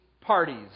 parties